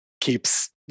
keeps